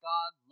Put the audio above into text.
God